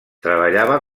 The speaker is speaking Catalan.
treballava